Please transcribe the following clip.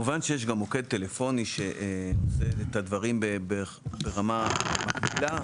יש גם מוקד טלפוני שעושה את הדברים ברמה כמעט מלאה,